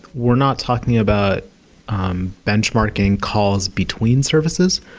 we're not talking about um benchmarking calls between services.